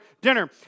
dinner